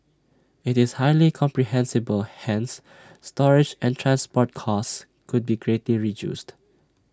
IT is highly compressible hence storage and transport costs could be greatly reduced